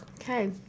Okay